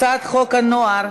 יש טעות.